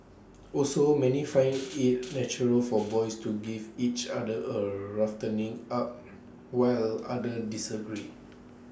also many find IT natural for boys to give each other A roughening up while others disagree